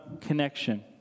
connection